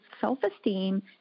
self-esteem